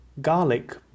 Garlic